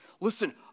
Listen